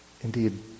Indeed